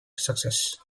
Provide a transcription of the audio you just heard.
success